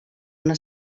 una